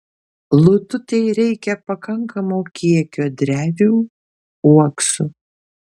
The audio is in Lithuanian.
lututei reikia pakankamo kiekio drevių uoksų